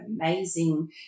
amazing